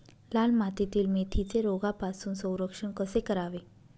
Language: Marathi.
लाल मातीतील मेथीचे रोगापासून संरक्षण कसे करावे?